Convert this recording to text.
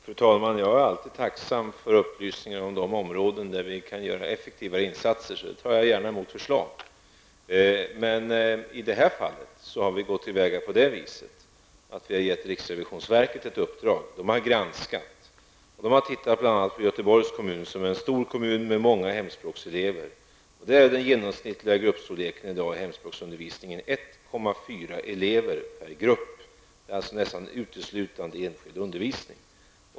Fru talman! Jag är alltid tacksam för upplysningar om de områden där vi kan göra effektiva insatser. Jag tar gärna emot förslag. I det här fallet har vi gett riksrevisionsverket ett uppdrag. Man har bl.a. tittat på Göteborgs kommun som är en stor kommun med många hemspråkselever. Där är den genomsnittliga gruppstorleken i dag i hemspråksundervisningen 1,4 elever per grupp. Det är alltså nästan uteslutande enskild undervisning.